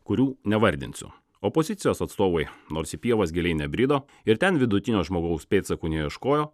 kurių nevardinsiu opozicijos atstovai nors į pievas giliai nebrido ir ten vidutinio žmogaus pėdsakų neieškojo